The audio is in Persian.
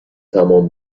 تمام